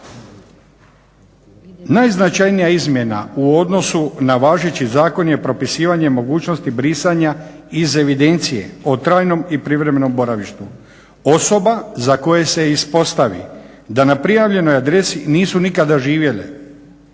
Najznačajnija izmjena u odnosu na važeći zakon je propisivanje mogućnosti brisanja iz evidencije o trajnom i privremenom boravištu osoba za koje se ispostavi da na prijavljenoj adresi nisu nikada živjele